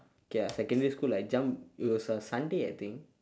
okay ah secondary school I jump it was a sunday I think